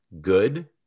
good